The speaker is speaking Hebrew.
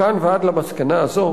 מכאן ועד למסקנה הזאת